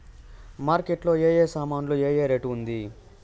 Market లో ఏ ఏ సామాన్లు ఏ ఏ రేటు ఉంది?